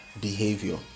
behavior